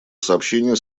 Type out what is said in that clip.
сообщение